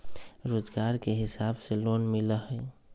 रोजगार के हिसाब से लोन मिलहई?